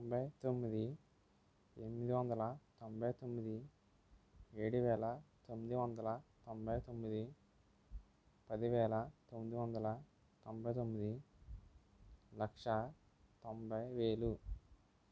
తోంభై తొమ్మిది ఎనిమిది వందల తోంభై తొమ్మిది ఏడు వేల తొమ్మిది వందల తోంభై తొమ్మిది పదివేల తొమ్మిది వందల తోంభై తొమ్మిది లక్ష తొంభై వేలు